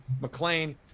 McLean